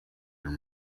your